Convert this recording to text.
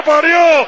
parió